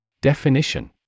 Definition